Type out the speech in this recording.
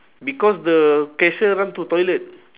because the cashier run to toilet